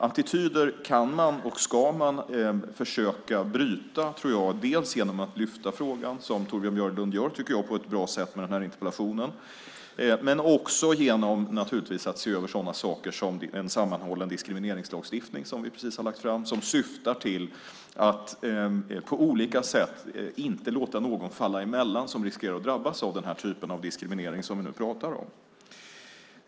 Attityder kan man och ska man försöka bryta, genom att lyfta upp frågan, som Torbjörn Björlund gör på ett bra sätt med den här interpellationen, men också genom att se över sådana saker som en sammanhållen diskrimineringslagstiftning som vi precis har lagt fram. Den syftar till att på olika sätt inte låta någon falla emellan som riskerar att drabbas av den typ av diskriminering som vi nu pratar om.